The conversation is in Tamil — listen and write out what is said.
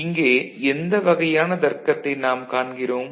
இங்கே எந்த வகையான தர்க்கத்தை நாம் காண்கிறோம்